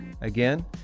Again